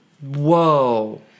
Whoa